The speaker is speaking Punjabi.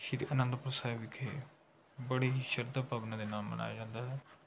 ਸ਼੍ਰੀ ਅਨੰਦਪੁਰ ਸਾਹਿਬ ਵਿਖੇ ਬੜੀ ਹੀ ਸ਼ਰਧਾ ਭਾਵਨਾ ਦੇ ਨਾਲ ਮਨਾਇਆ ਜਾਂਦਾ ਹੈ